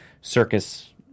circus